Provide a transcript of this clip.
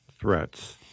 threats